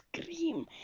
Scream